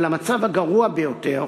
אבל המצב הגרוע ביותר